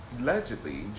allegedly